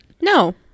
No